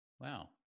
Wow